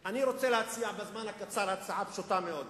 אני רוצה להציע בזמן הקצר הצעה פשוטה מאוד.